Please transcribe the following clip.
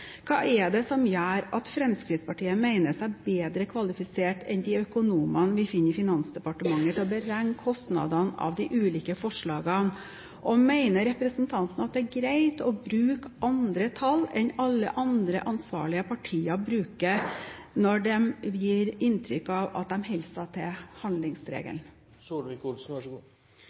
Hva er det som gjør at Fremskrittspartiet mener seg bedre kvalifisert enn de økonomene vi finner i Finansdepartementet, til å beregne kostnadene av de ulike forslagene? Og mener representanten at det er greit å bruke andre tall enn alle andre ansvarlige partier bruker, når de gir inntrykk av at de holder seg til handlingsregelen?